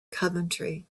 coventry